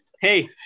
Hey